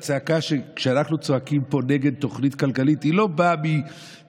הצעקה שאנחנו צועקים פה נגד התוכנית הכלכלית לא באה עכשיו